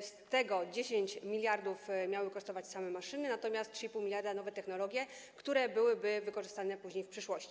z czego 10 mld miały kosztować same maszyny, natomiast 3,5 mld - nowe technologie, które byłyby wykorzystane później w przyszłości.